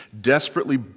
desperately